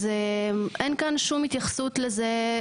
אז אין כאן שום התייחסות לזה.